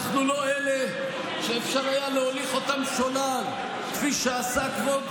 אנחנו לא אלה שאפשר היה להוליך אותם שולל כפי שעשה כבוד